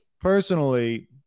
personally